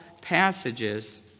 passages